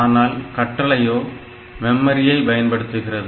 ஆனால் கட்டளைகளோ மெமரியை பயன்படுத்துகிறது